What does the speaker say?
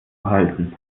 halten